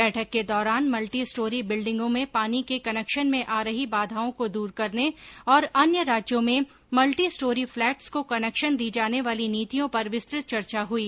बैठक के दौरान मल्टीस्टोरी बिल्डिंगों में पानी के कनेक्शन में आ रही बाधाओं को दूर करने और अन्य राज्यों में मल्टी स्टोरी फ्लेट्स को कनेक्शन दी जाने वाली नीतियों पर विस्तृत चर्चा हुई